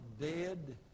dead